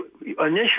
Initially